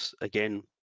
again